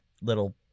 little